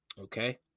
Okay